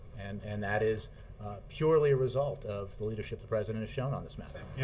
and and that is purely a result of the leadership the president has shown on this matter.